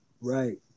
Right